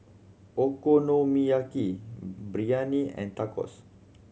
Okonomiyaki Biryani and Tacos